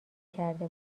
کرده